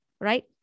right